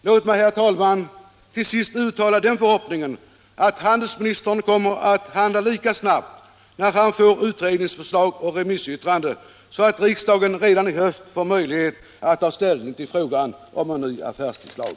Låt mig, herr talman, till sist uttala den förhoppningen att handelsministern kommer att handla lika snabbt när han får utredningsförslag och remissyttrande, så att riksdagen redan i höst får möjlighet att ta ställning till frågan om en ny affärstidslag.